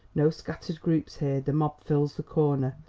no scattered groups here, the mob fills the corner.